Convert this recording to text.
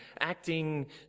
acting